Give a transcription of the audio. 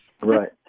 Right